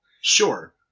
Sure